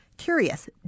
curious